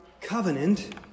covenant